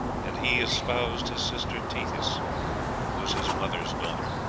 and he espoused his sister tethys, who was his mothers daughter.